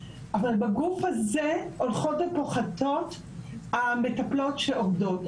אבל בגוף הזה הולכות ופוחתות המטפלות שעובדות.